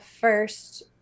first